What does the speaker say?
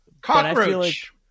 Cockroach